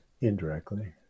indirectly